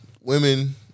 Women